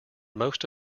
most